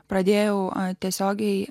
pradėjau tiesiogiai